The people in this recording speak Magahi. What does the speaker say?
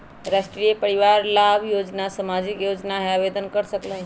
राष्ट्रीय परिवार लाभ योजना सामाजिक योजना है आवेदन कर सकलहु?